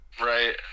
Right